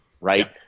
right